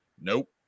Nope